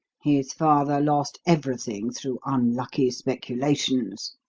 his father lost everything through unlucky speculations,